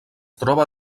troba